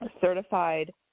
certified